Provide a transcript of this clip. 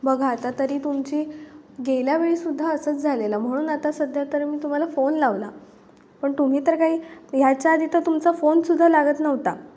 बघा आता तरी तुमची गेल्या वेळीसुद्धा असंच झालेला म्हणून आता सध्या तर मी तुम्हाला फोन लावला पण तुम्ही तर काही ह्याच्या आधी तर तुमचा फोनसुद्धा लागत नव्हता